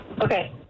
Okay